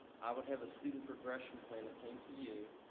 i would have a student progression plan that came to you,